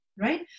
right